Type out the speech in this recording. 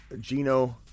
Gino